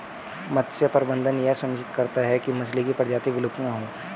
मत्स्य प्रबंधन यह सुनिश्चित करता है की मछली की प्रजाति विलुप्त ना हो